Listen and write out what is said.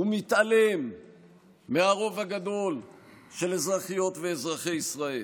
הוא מתעלם מהרוב הגדול של אזרחיות ואזרחי ישראל.